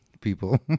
people